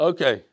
Okay